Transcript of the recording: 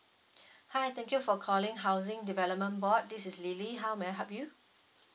hi thank you for calling housing development board this is lily how may I help you